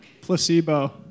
Placebo